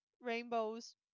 rainbows